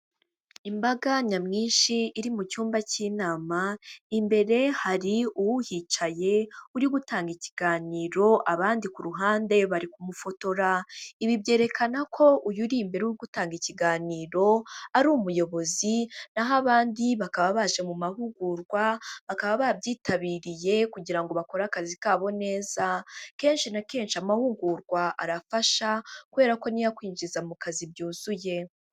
Imbaga nyamwinshi iri mu cyumba cy'inama, imbere hari uhicaye uri gutanga ikiganiro abandi ku ruhande bari kumufotora, ibi byerekana ko uyu uri mbere uri gutanga ikiganiro ari umuyobozi nkaho abandi bakaba baje mu mahugurwa, bakaba babyitabiriye kugira ngo bakore akazi kabo neza kenshi na kenshi amahugurwa arafasha kubera ko niyo akwinjiza mu kazi byuzuye.